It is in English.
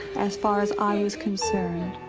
as far as i was concerned,